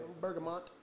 Bergamot